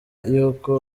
yuko